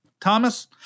Thomas